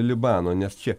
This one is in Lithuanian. libano nes čia